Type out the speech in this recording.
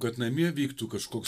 kad namie vyktų kažkoks